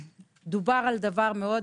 דובר על דבר מאוד